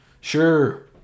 Sure